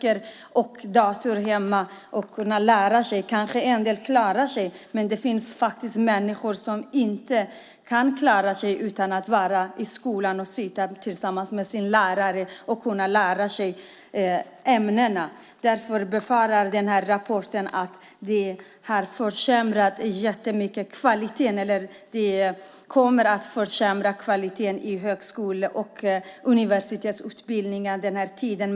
En del klarar kanske att sitta med böcker och dator hemma, men det finns människor som inte klarar sig utan undervisning av lärare. Enligt rapporten kommer bristen på tid mellan lärare och studenter att försämra kvaliteten på högskoleutbildningen.